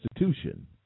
institution